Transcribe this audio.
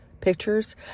pictures